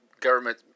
government